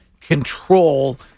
control